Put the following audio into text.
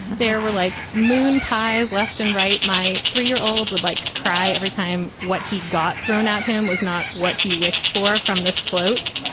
there were like moon pies left and right. my three year old would like cry every time. what he got thrown out him was not what he wished for from this float,